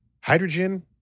Hydrogen